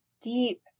deep